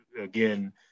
again